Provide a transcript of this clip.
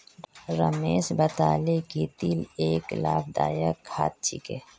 रमेश बताले कि तिल एक लाभदायक खाद्य छिके